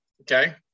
Okay